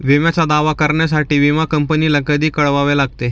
विम्याचा दावा करण्यासाठी विमा कंपनीला कधी कळवावे लागते?